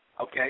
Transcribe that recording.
Okay